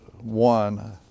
one